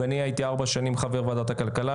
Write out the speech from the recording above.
אני הייתי ארבע שנים חבר ועדת הכלכלה,